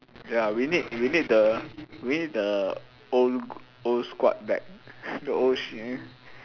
ya we need we need the we need the own old squad back the old